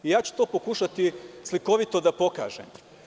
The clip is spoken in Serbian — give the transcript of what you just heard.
To ću pokušati slikovito da pokažem.